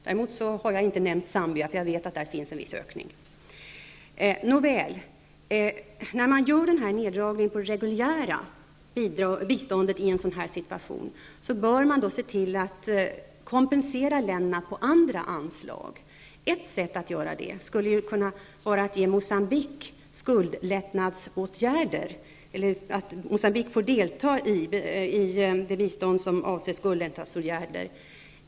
Däremot har jag inte nämnt Zambia, eftersom jag vet att det i det sammanhanget har skett en viss ökning. När man i en sådan här situation genomför en neddragning av det reguljära biståndet, bör man se till att kompensera länderna på andra anslag. Ett sätt skulle kunna vara att ge Mocambique skuldlättnader, att Mogambique får delta i det bistånd som avser skuldlättnadsåtgärder.